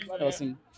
awesome